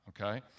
okay